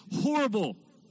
horrible